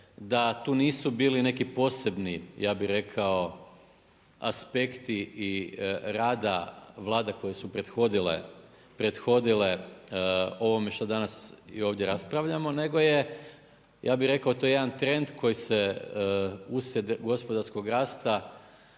da tu nisu bili neki posebni, ja bih rekao aspekti i rada Vlada koje su prethodile ovome što danas i ovdje raspravljamo nego je ja bih rekao to jedan trend koji se uslijed gospodarskog rasta